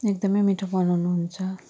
एकदम मिठो बनाउनु हुन्छ